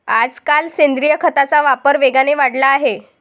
आजकाल सेंद्रिय खताचा वापर वेगाने वाढला आहे